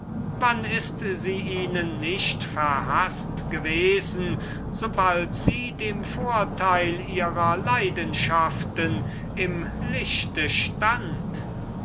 wenn ist sie ihnen nicht verhaßt gewesen so bald sie ihren leidenschaften im lichte stund